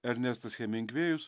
ernestas hemingvėjus